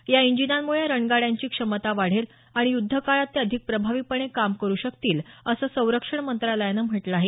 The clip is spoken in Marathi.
या इंजिनांम्ळे या रणगाड्यांची क्षमता वाढेल आणि य्द्धकाळात ते अधिक प्रभावीपणे काम करू शकतील असं संरक्षण मंत्रालयानं म्हटलं आहे